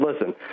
Listen